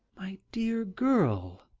my dear girl!